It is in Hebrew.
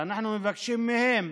ואנחנו מבקשים מהם,